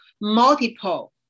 multiple